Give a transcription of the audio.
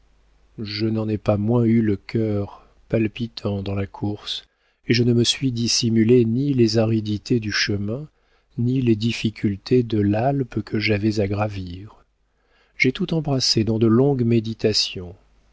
je n'en ai pas moins eu le cœur palpitant dans la course et je ne me suis dissimulé ni les aridités du chemin ni les difficultés de l'alpe que j'avais à gravir j'ai tout embrassé dans de longues méditations